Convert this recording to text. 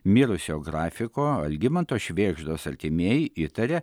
mirusio grafiko algimanto švėgždos artimieji įtaria